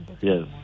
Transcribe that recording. Yes